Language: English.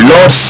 Lord